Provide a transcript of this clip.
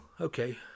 okay